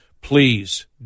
please